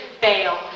fail